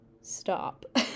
stop